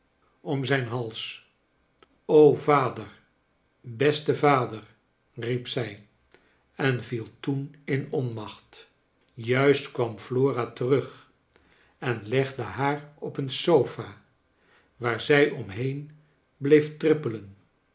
om zijn hals o vader beste vader riep zij en viel toen in onmacht juist kwam flora terug en legde haar op een sofa waar zij omheen bleef trippelen